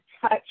touch